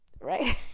right